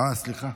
אה, סליחה,